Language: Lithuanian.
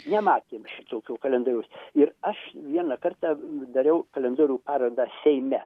nematėm šitokio kalendoriaus ir aš vieną kartą dariau kalendorių parodą seime